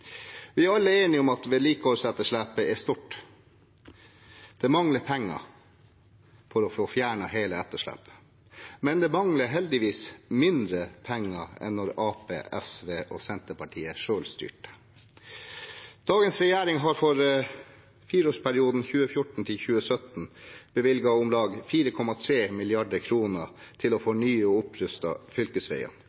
Vi er alle enige om at vedlikeholdsetterslepet er stort. Det mangler penger for å få fjernet hele etterslepet. Men det mangler heldigvis mindre penger enn da Arbeiderpartiet, SV og Senterpartiet selv styrte. Dagens regjering har for fireårsperioden 2014–2017 bevilget om lag 4,3 mrd. kr til å